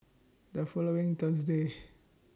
The following Thursday